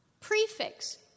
prefix